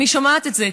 אני שומעת את זה,